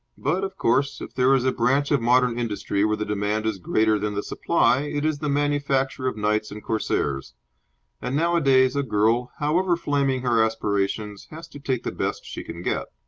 but, of course, if there is a branch of modern industry where the demand is greater than the supply, it is the manufacture of knights and corsairs and nowadays a girl, however flaming her aspirations, has to take the best she can get.